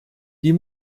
die